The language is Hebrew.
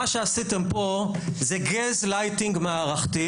מה שעשיתם פה זה גזלייטינג מערכתי